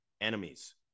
enemies